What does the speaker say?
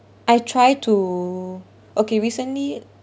I try to okay recently